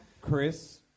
Chris